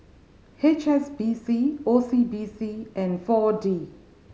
H S B C O C B C and Four D